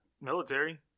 military